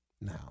Now